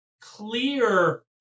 clear